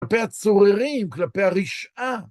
כלפי הצוררים, כלפי הרשעה.